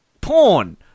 porn